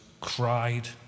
cried